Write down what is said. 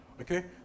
Okay